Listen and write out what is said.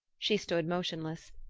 she stood motionless,